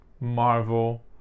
Marvel